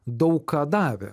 daug ką davė